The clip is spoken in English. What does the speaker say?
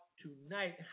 tonight